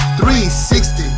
360